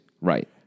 Right